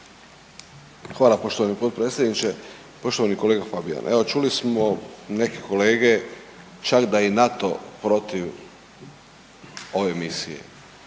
Hvala poštovani potpredsjedniče. Poštovani kolega Habijan, evo čuli smo neke kolege čak da je i NATO protiv ove misije.